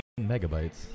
megabytes